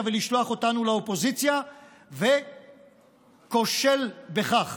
ולשלוח אותנו לאופוזיציה וכושל בכך.